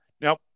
now